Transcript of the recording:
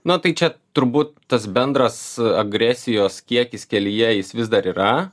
na tai čia turbūt tas bendras agresijos kiekis kelyje jis vis dar yra